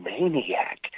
maniac